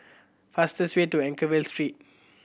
fastest way to Anchorvale Street